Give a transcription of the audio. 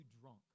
drunk